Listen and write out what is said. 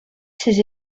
ses